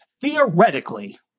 theoretically